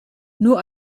nur